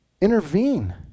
intervene